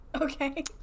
Okay